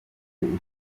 gifite